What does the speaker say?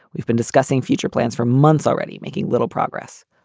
we've been discussing future plans for months already, making little progress.